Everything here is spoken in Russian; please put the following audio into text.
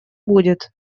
будет